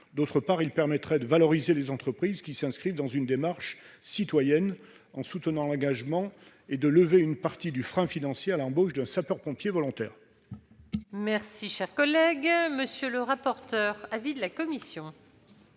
ce dispositif permettrait de valoriser les entreprises qui s'inscrivent dans une démarche citoyenne, en soutenant l'engagement, et de lever une partie du frein financier à l'embauche d'un sapeur-pompier volontaire.